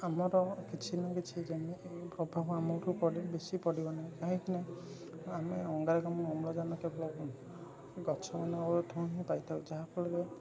ଆମର କିଛି ନା କିଛି ପ୍ରଭାବ ଆମ ଉପରେ ବେଶୀ ପଡ଼ିବ ନାହିଁ କାହିଁକି ନା ଆମେ ଅଙ୍ଗାରକାମ୍ଳ ଅମ୍ଳଜାନ କେବଳ ଗଛ ମାନଙ୍କଠୁ ହିଁ ପାଇଥାଉ ଯାହା ଫଳରେ